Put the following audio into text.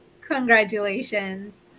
congratulations